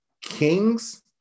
kings